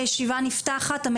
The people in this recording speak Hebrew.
כי המליאה נפתחת,